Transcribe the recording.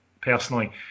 personally